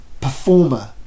performer